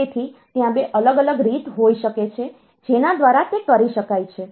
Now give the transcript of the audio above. તેથી ત્યાં 2 અલગ અલગ રીત હોઈ શકે છે જેના દ્વારા તે કરી શકાય છે